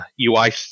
UI